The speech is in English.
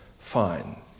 fine